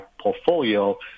portfolio